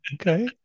okay